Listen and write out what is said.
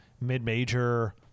mid-major